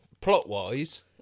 plot-wise